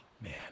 man